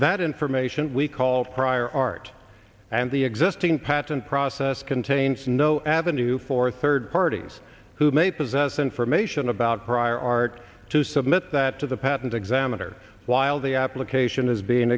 that information we called prior art and the existing patent process contains no avenue for third parties who may possess information about prior art to submit that to the patent examiner while the application is being